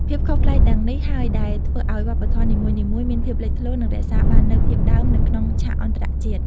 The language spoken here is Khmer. ភាពខុសប្លែកទាំងនេះហើយដែលធ្វើឲ្យវប្បធម៌នីមួយៗមានភាពលេចធ្លោ និងរក្សាបាននូវភាពដើមនៅក្នុងឆាកអន្តរជាតិ។